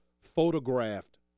photographed